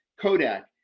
Kodak